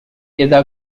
إذا